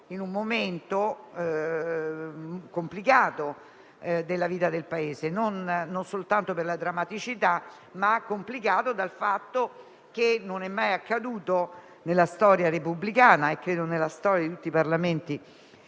in un momento complicato della vita del Paese, non soltanto per la drammaticità, ma anche per il fatto che non è mai accaduto, nella storia repubblicana e credo nella storia di tutti i Parlamenti